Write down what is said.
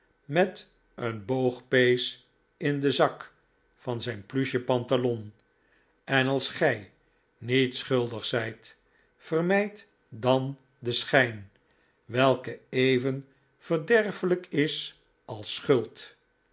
met een boogpees in den zak van zijn pluchen pantalon en als gij niet schuldig zijt vermijd dan den schijn welke even verderfelijk is als schuld